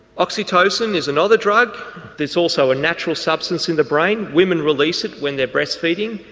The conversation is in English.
oxcytocin is another drug it's also a natural substance in the brain, women release it when they're breast feeding,